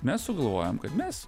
mes sugalvojam kad mes